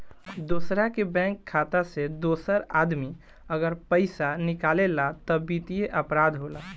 दोसरा के बैंक खाता से दोसर आदमी अगर पइसा निकालेला त वित्तीय अपराध होला